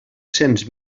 cents